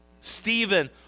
Stephen